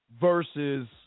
versus